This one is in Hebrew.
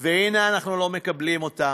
והנה, אנחנו לא מקבלים אותם.